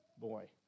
boy